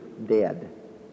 dead